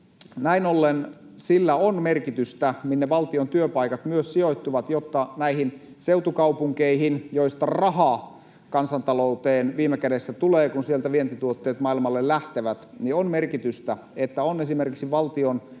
Näin ollen sillä on merkitystä, minne valtion työpaikat myös sijoittuvat, jotta näissä seutukaupungeissa, alueilla, joista rahaa kansantalouteen viime kädessä tulee, kun sieltä vientituotteet maailmalle lähtevät, on esimerkiksi valtion työpaikkoja,